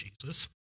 Jesus